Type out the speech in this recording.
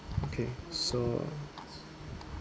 okay so uh